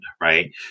right